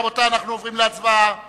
רבותי, אנחנו עוברים להצבעה על